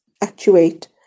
actuate